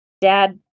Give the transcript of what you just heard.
dad